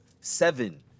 seven